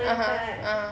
(uh huh) ah